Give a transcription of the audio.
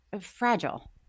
fragile